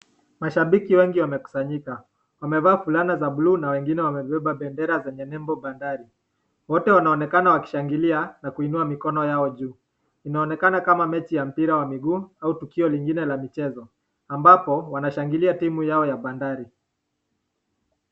Mashabiki wengi wamekusanyika, wamevaa fulana za buluu na wengine wamebeba bendera zenye nembo bandari. Wote wanaonekana wakishangilia na kuinua mikono yao juu, inaonekana kama mechi ya mpira ya miguu au tukio lingine la michezo, ambapo wanashangilia timu yao ya bandari.